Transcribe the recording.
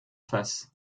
face